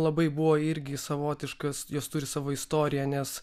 labai buvo irgi savotiškas jos turi savo istoriją nes